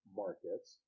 markets